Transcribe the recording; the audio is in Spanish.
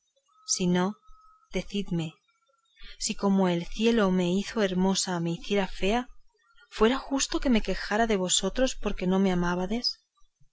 si no decidme si como el cielo me hizo hermosa me hiciera fea fuera justo que me quejara de vosotros porque no me